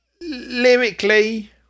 Lyrically